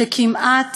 שכמעט